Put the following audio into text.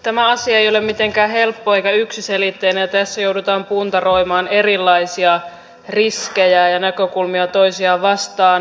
tämä asia ei ole mitenkään helppo eikä yksiselitteinen ja tässä joudutaan puntaroimaan erilaisia riskejä ja näkökulmia toisiaan vastaan